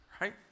right